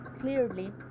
clearly